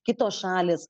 kitos šalys